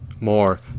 more